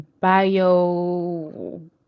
bio